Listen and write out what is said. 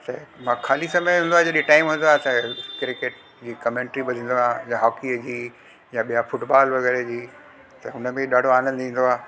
त मां खाली समय में वेंदो आहे जॾहिं टाइम हूंदो आहे त क्रिकेट जी कमैंट्री बि ॾींदो आहियां या हॉकीअ जी या ॿिया फुटबॉल वग़ैरह जी त हुनमें ॾाढो आनंद ईंदो आहे